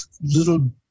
little